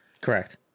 correct